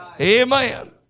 Amen